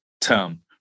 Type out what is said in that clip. term